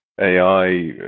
AI